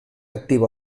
activa